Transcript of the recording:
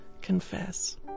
confess